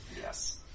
Yes